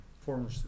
former